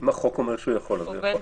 אם החוק אומר שהוא יכול, אז הוא יכול.